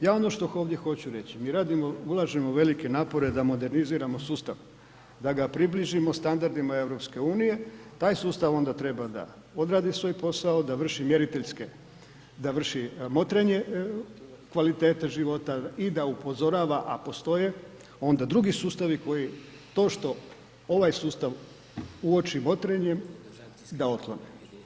Ja ono što ovdje hoću reći mi radimo, ulažemo velike napore da moderniziramo sustav, da ga približimo standardima EU, taj sustav onda treba da odradi svoj posao da vrši mjeriteljske, da vrši motrenje kvalitete života i da upozorava, a postoje onda drugi sustavi koji to što ovaj sustav uoči motrenjem da otklone.